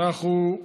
אנחנו,